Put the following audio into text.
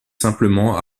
simplement